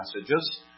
messages